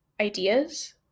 ideas